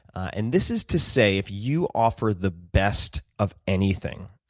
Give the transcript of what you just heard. and this is to say if you offer the best of anything,